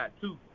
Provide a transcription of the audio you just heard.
two